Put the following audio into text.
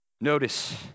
notice